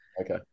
Okay